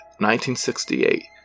1968